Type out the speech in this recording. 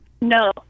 No